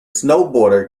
snowboarder